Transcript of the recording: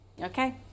Okay